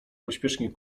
pośpiesznie